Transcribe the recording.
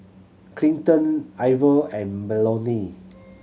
Clinton Iver and Melony